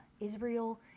Israel